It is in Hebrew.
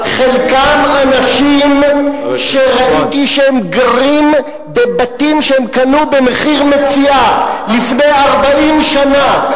חלקם אנשים שראיתי שהם גרים בבתים שהם קנו במחיר מציאה לפני 40 שנה,